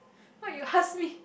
why you ask me